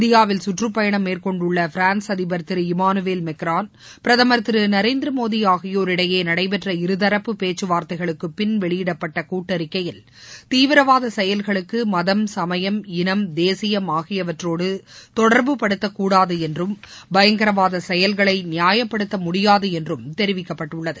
இந்தியாவில் சுற்று பயணம் மேற்கொண்டுள்ள பிரான்ஸ் அதிபர் திரு இமானுவேல் மென்ரான் பிரதமர் திரு நரேந்திர மோடி ஆகியோர் இடையே நடைபெற்ற இருதரப்பு பேச்சுவார்த்தைகளுக்குபின் வெளியிடப்பட்ட கூட்டறிக்கையில் தீவிரவாத செயல்களுக்கு மதம் சமயம் இனம் தேசியம் ஆகியவற்றோடு தொடர்புபடுத்த கூடாது என்றும் பயங்கரவாத செயல்களை நியாயப்படுத்த முடியாது என்றும் தெரிவிக்கப்பட்டுள்ளது